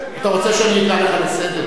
אתה רוצה שאני אקרא אותך לסדר?